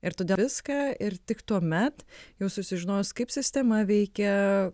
ir todėl viską ir tik tuomet jau susižinojus kaip sistema veikia